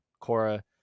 Cora